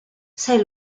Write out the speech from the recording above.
sei